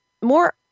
more